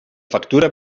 factura